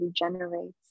regenerates